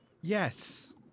Yes